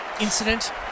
incident